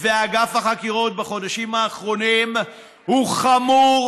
ואגף החקירות בחודשים האחרונים הוא חמור,